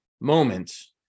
moments